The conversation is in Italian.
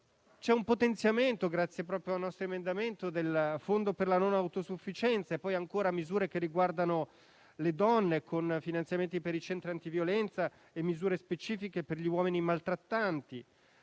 nostro emendamento, c'è un potenziamento del Fondo per la non autosufficienza, e poi ancora misure che riguardano le donne con finanziamenti per i centri antiviolenza e misure specifiche per gli uomini maltrattanti.